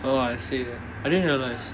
oh I see I didn't realise